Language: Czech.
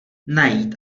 najít